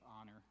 honor